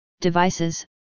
devices